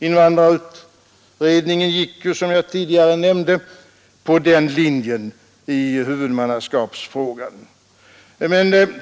Invandrarutredningen följde, som jag tidigare nämnde, den linjen i huvudmannaskapsfrågan.